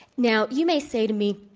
now, you may say to me,